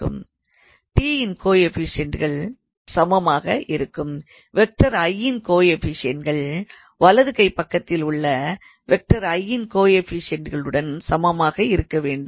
இன் கோஎஃப்பிஷியண்ட்கள் வலதுகை பக்கத்திலே உள்ள இன் கோஎஃப்பிஷியண்ட்களுடன் சமமாக இருக்க வேண்டும்